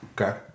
Okay